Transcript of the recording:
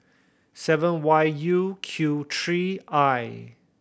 seven Y U Q three I